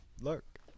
Look